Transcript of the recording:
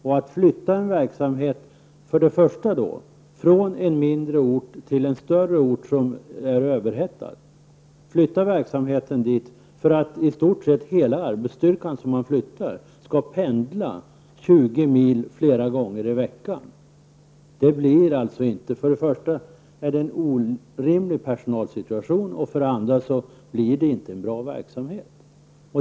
Om man flyttar en verksamhet från en mindre till en större ort som är överhettad för att i stort sett hela arbetsstyrkan som man flyttar skall pendla 20 mil flera gånger i veckan är det för det första en orimlig personalsituation, och för det andra får man inte en bra verksamhet.